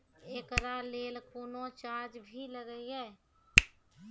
एकरा लेल कुनो चार्ज भी लागैये?